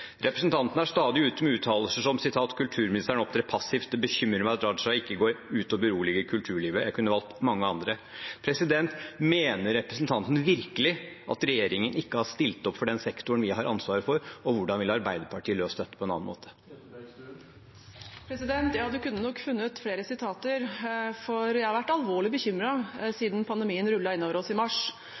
Representanten er stadig ute med uttalelser som «Kulturministeren opptrer passivt. Det bekymrer meg at Abid Raja ikke går ut og beroliger kulturlivet» – og jeg kunne valgt mange andre. Mener representanten virkelig at regjeringen ikke har stilt opp for den sektoren vi har ansvar for, og hvordan ville Arbeiderpartiet løst dette på en annen måte? Ja, representanten kunne nok funnet flere sitater, for jeg har vært alvorlig bekymret siden pandemien rullet inn over oss i mars,